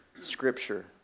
scripture